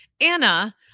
Anna